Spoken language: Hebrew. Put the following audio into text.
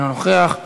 אינו נוכח.